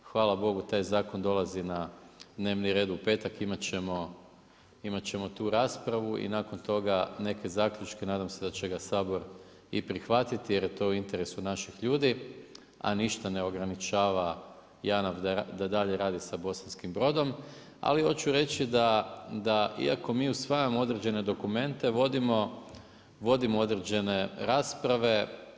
Hvala Bogu taj zakon dolazi na dnevni red u petak, imati ćemo tu raspravu i nakon toga neke zaključke, nadam se da će ga Sabor i prihvatiti jer je to u interesu naših ljudi, a ništa ne ograničava, JANAF da dalje radi sa Bosanskim Brodom, ali hoću reći da iako mi usvajamo određene dokumente, vodimo određene rasprave.